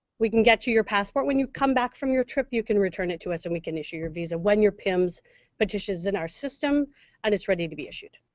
we can get you your passport. when you come back from your trip, you can return it to us and we can issue your visa when your pims petition is in our system and it's ready to be issued.